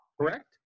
correct